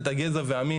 את הגזע ואת המין.